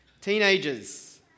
teenagers